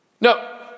No